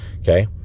okay